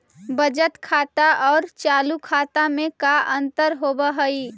बचत खाता और चालु खाता में का अंतर होव हइ?